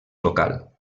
local